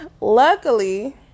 Luckily